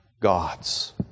Gods